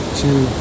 two